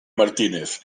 martínez